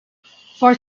for